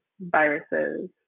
viruses